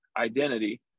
identity